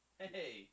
hey